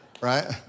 Right